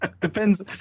Depends